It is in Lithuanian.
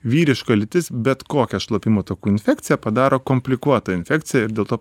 vyriško lytis bet kokią šlapimo takų infekciją padaro komplikuota infekcija ir dėl to